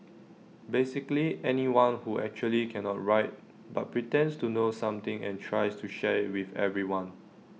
basically anyone who actually cannot write but pretends to know something and tries to share IT with everyone